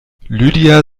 lydia